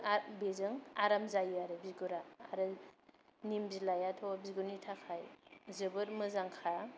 बेजों आराम जायो आरो बिगुरा आरो निम बिलायाथ' बिगुरनि थाखाय जोबोत मोजांखा